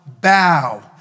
bow